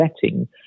setting